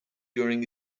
during